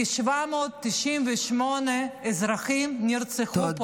כי 798 אזרחים נרצחו פה,